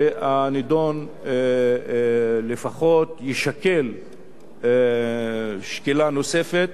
הנדון לפחות יישקל שקילה נוספת,